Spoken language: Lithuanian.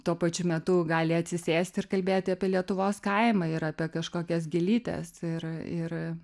tuo pačiu metu gali atsisėsti ir kalbėti apie lietuvos kaimą ir apie kažkokias gėlytes ir ir